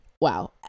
wow